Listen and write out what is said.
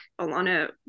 Alana